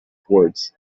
upwards